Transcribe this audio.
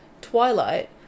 Twilight